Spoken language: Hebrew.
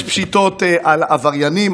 יש פשיטות על עבריינים,